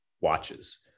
watches